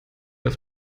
auf